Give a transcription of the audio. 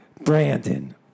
Brandon